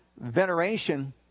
veneration